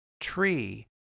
Tree